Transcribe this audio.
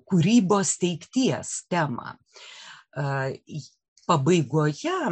kūrybos teikties temą pabaigoje